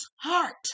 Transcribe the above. heart